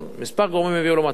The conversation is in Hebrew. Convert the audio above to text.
גורמים מספר הביאו למצב הזה: